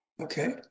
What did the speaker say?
Okay